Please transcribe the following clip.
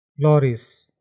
glories